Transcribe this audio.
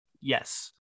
yes